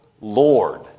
Lord